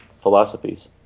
philosophies